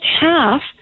half